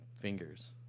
fingers